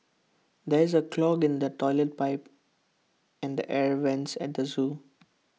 there is A clog in the Toilet Pipe and the air Vents at the Zoo